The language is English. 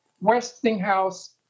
Westinghouse